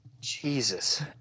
Jesus